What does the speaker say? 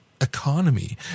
economy